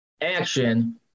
action